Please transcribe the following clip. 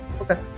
Okay